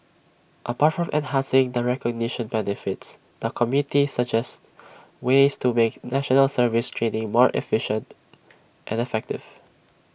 apart from enhancing the recognition benefits the committee suggested ways to make National Service training more efficient and effective